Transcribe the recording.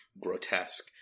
grotesque